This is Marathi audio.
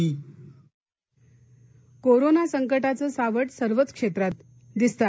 फल बाजार कोरोना संकटाचं सावट सर्वच क्षेत्रात दिसतं